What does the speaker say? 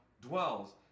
dwells